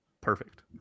perfect